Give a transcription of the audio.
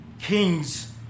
Kings